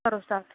करो स्टार्ट